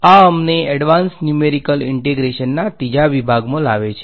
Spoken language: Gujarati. આ અમને એડવાન્સ ન્યુમેરીકલ ઈંટેગ્રેશન ના ત્રીજા વિભાગમાં લાવે છે